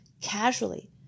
casually